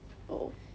oh